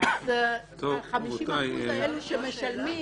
אז ה-50% שמשלמים